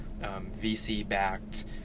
VC-backed